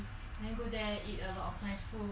and then go there eat a lot of nice food